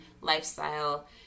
lifestyle